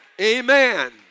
Amen